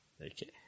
Okay